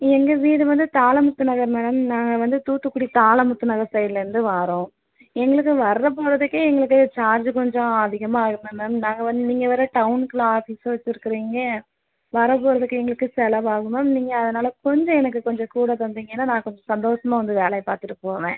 எங்கள் வீடு வந்து தாளமுத்து நகர் மேடம் நாங்கள் வந்து தூத்துக்குடி தாளமுத்து நகர் சைடிலேருந்து வரோம் எங்களுக்கு வர போகிறதுக்கே எங்களுக்கு சார்ஜ் கொஞ்சம் அதிகமாக ஆகிருமே மேம் நாங்கள் வந்து நீங்கள் வேறு டவுன்குள்ளே ஆஃபீஸ்ஸை வச்சுருக்குறிங்க வர போகிறதுக்கு எங்களுக்கு செலவாகும் மேம் நீங்கள் அதனால் கொஞ்சம் எனக்கு கொஞ்சம் கூட தந்தீங்கன்னால் நான் கொஞ்சம் சந்தோஷமா வந்து வேலையை பார்த்துட்டு போவேன்